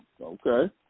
Okay